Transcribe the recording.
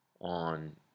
on